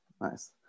nice